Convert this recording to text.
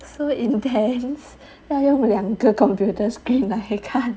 so intense 要用两个 computer screen 来看